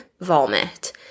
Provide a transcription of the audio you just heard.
Vomit